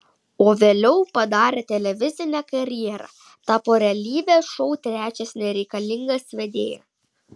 o vėliau padarė televizinę karjerą tapo realybės šou trečias nereikalingas vedėja